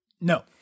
No